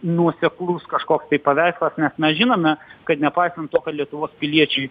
nuoseklus kažkoks tai paveikslas nes mes žinome kad nepaisant to kad lietuvos piliečiai